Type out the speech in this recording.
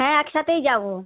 হ্যাঁ একসাথেই যাবো